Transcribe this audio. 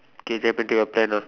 okay Japan trip your plan ah